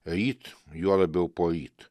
ryt juo labiau poryt